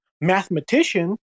mathematician